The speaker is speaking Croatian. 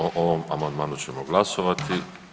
O ovom amandmanu ćemo glasovati.